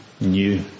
new